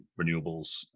renewables